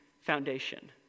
Foundation